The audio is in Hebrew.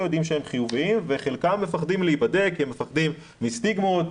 יודעים שהם חיוביים וחלקם מפחדים להיבדק כי הם מפחדים מסטיגמות,